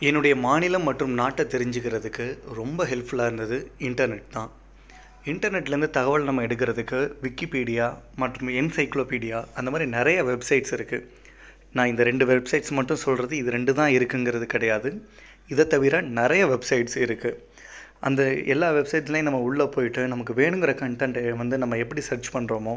என்னுடைய மாநிலம் மற்றும் நாட்டை தெரிஞ்சுக்குறதுக்கு ரொம்ப ஹெல்ப்ஃபுல்லாக இருந்தது இன்டர்நெட் தான் இன்டர்நெட்லேருந்து தகவல் நம்ம எடுக்குறதுக்கு விக்கிபீடியா மற்றும் என்சைக்ளோபீடியா அந்த மாதிரி நிறைய வெப்சைட்ஸ் இருக்குது நான் இந்த ரெண்டு வெப்சைட்ஸ் மட்டும் சொல்கிறது இது ரெண்டு தான் இருக்குங்கிறது கிடையாது இதை தவிர நிறைய வெப்சைட்ஸ் இருக்குது அந்த எல்லா வெப்சைட்ஸ்லும் நம்ம உள்ள போயிட்டு நமக்கு வேணுங்கிற கண்டன்ட்டை வந்து நம்ம எப்படி சர்ச் பண்ணுறோமோ